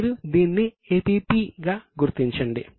మీరు దీన్ని APP గా గుర్తించండి